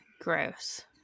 Gross